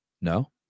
No